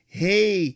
hey